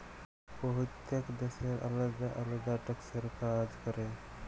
প্যইত্তেক দ্যাশের আলেদা আলেদা ট্যাক্সের কাজ ক্যরে